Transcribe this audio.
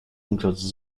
includes